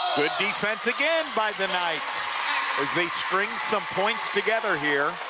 good defense again by the knights as they string some points together here.